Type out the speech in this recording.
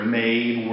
made